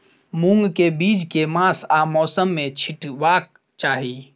मूंग केँ बीज केँ मास आ मौसम मे छिटबाक चाहि?